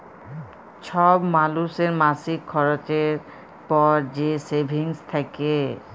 ছব মালুসের মাসিক খরচের পর যে সেভিংস থ্যাকে